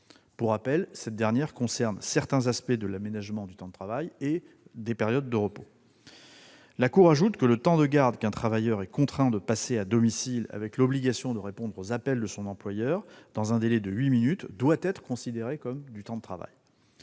Pour rappel, cette dernière concerne certains aspects de l'aménagement du temps de travail et des périodes de repos. La CJUE ajoute que le temps de garde qu'un travailleur est contraint de passer à domicile avec l'obligation de répondre aux appels de son employeur dans un délai de huit minutes doit être considéré comme du temps de travail.